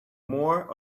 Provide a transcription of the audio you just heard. more